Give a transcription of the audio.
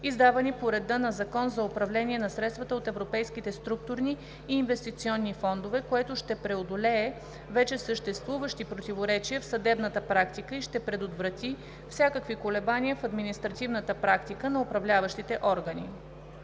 издавани по реда на Закона за управление на средствата от Европейските структурни и инвестиционни фондове, което ще преодолее вече съществуващи противоречия в съдебната практика и ще предотврати всякакви колебания в административната практика на управляващите органи;